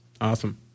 awesome